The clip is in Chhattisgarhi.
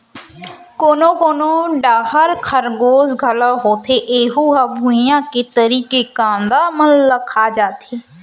कोनो कोनो डहर खरगोस घलोक होथे ऐहूँ ह भुइंया के तरी के कांदा मन ल खा जाथे